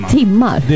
timmar